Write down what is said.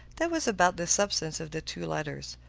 that was about the substance of the two letters.